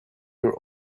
your